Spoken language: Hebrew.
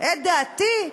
את דעתי.